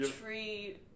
tree